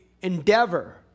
endeavor